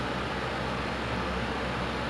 ya that's the plan